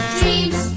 dreams